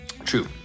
true